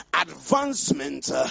advancement